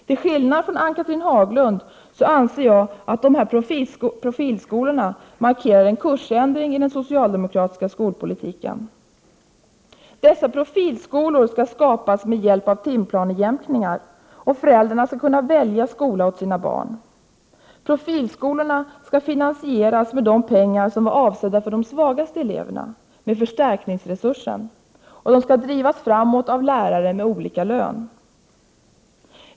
Till skillnad från Ann-Cathrine Haglund anser jag att profilskolorna markerar en kursändring i den socialdemokratiska skolpolitiken. Dessa profilskolor skall skapas med hjälp av timplanejämkningar, och föräldrarna skall kunna välja skola åt sina barn. Profilskolorna skall finansieras med de pengar som var avsedda för de svagaste eleverna, med förstärkningsresursen, och de skall drivas framåt av lärare med olika löner.